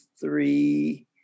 three